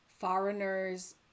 foreigners